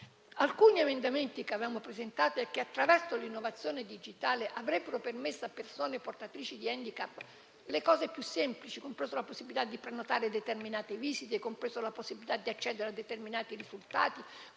Alcuni emendamenti che avevamo presentato, attraverso l'innovazione digitale, avrebbero permesso a persone portatrici di *handicap* le cose più semplici, compresa la possibilità di prenotare visite, accedere a determinati risultati,